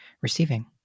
receiving